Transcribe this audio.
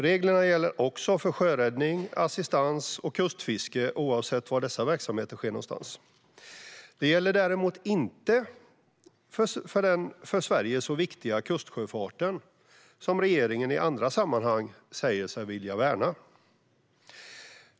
Reglerna gäller också för sjöräddning, assistans och kustfiske, oavsett var dessa verksamheter sker. De gäller däremot inte för den för Sverige så viktiga kustsjöfarten, som regeringen i andra sammanhang säger sig vilja värna.